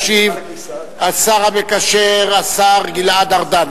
ישיב השר המקשר, השר גלעד ארדן.